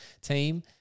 team